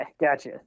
gotcha